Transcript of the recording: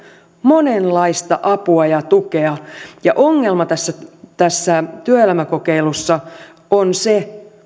monenlaista apua ja tukea ongelma tässä tässä työelämäkokeilussa on se